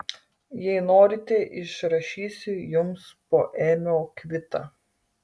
jei norite išrašysiu jums poėmio kvitą